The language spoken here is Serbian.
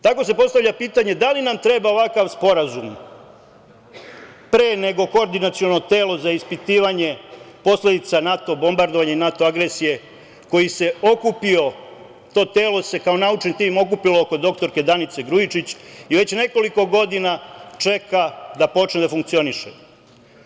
Tako se postavlja pitanje, da li nam treba ovakav sporazum pre nego koordinaciono telo za ispitivanje posledica NATO bombardovanja i NATO agresije koji se okupio, to telo se kao naučni tim okupilo oko doktorke Danice Grujičić i već nekoliko godina čeka da počne da funkcioniše.